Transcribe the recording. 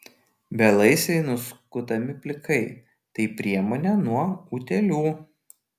belaisviai nuskutami plikai tai priemonė nuo utėlių